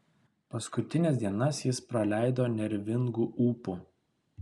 paskutines dienas jis praleido nervingu ūpu